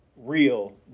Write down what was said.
real